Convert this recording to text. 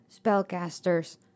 spellcasters